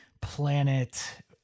planet